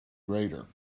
greater